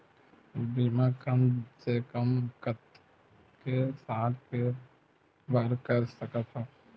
बीमा कम से कम कतेक साल के बर कर सकत हव?